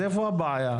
איפה הבעיה?